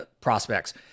prospects